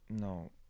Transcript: No